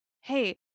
hey